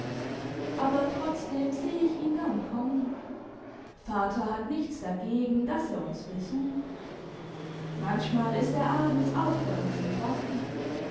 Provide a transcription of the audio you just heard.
aber trotzdem seh ich ihn gern kommen vater hat nichts dagegen daß er uns besucht manchmal ist er abends auch bei uns im garten